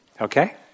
Okay